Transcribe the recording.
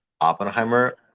Oppenheimer